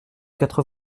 quatre